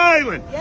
Island